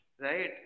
right